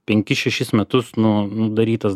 penkis šešis metus nu nu darytas